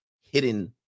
hidden